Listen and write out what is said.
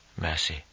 mercy